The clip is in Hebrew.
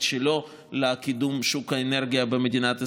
שלו לקידום שוק האנרגיה במדינת ישראל.